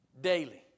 Daily